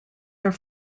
are